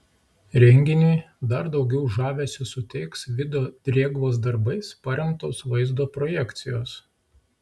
renginiui dar daugiau žavesio suteiks vido drėgvos darbais paremtos vaizdo projekcijos